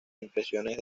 impresiones